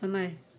समय